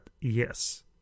yes